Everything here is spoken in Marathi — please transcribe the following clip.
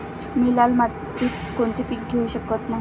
मी लाल मातीत कोणते पीक घेवू शकत नाही?